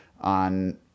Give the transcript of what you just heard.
on